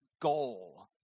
goal